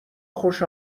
خوش